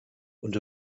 und